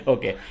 Okay